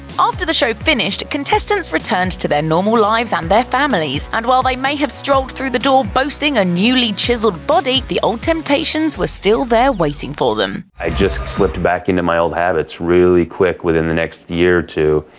after the show finished, contestants returned to their normal lives and their families. and while they may have strolled through the door boasting a newly chiseled body, the old temptations were still there waiting for them. i just slipped back into my old habits really quick within the next year or two.